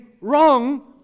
wrong